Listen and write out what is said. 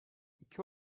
iki